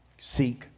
Seek